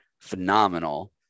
phenomenal